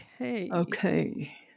Okay